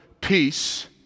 peace